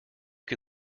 can